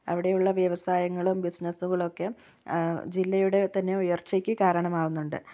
അവിടെയുള്ള വ്യവസായങ്ങളും ബിസിനസ്സുകളൊക്കെ ജില്ലയുടെ തന്നെ ഉയർച്ചക്ക് കാരണം അകുന്നുണ്ട്